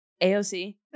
AOC